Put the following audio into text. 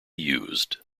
used